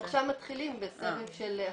אנחנו עכשיו מתחילים בסבב של הכשרות.